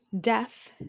death